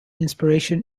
inspiration